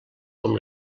com